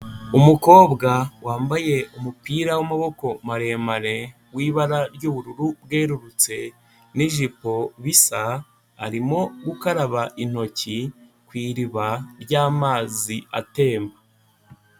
Umukobwa wambaye umupira wamaboko maremare w'ibara ry'ubururu bwerurutse n'ijipo bisa, arimo gukaraba intoki ku iriba ry'amazi atemba.